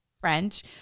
French